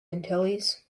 antilles